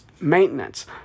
maintenance